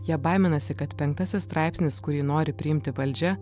jie baiminasi kad penktasis straipsnis kurį nori priimti valdžia